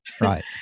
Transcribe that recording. Right